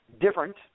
different